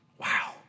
Wow